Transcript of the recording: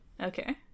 Okay